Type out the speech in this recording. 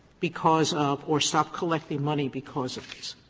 because of or stopped collecting money because of this.